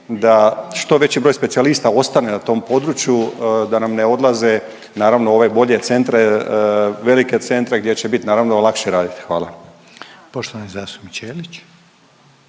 da što veći broj specijalista ostane na tom području, da nam ne odlaze naravno u ove bolje centre, velike centre gdje će bit naravno lakše raditi? Hvala. **Reiner, Željko